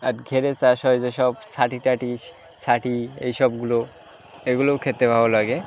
আর ঘেরে চাষ হয় যেসব ছাটি টাটি স্ ছাটি এই সবগুলো এগুলোও খেতে ভালো লাগে